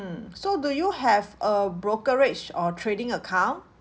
so do you have a brokerage or trading account